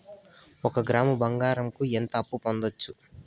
ఒక గ్రాము బంగారంకు ఎంత అప్పు పొందొచ్చు